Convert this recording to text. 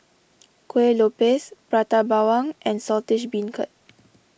Kuih Lopes Prata Bawang and Saltish Beancurd